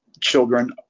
children